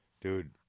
dude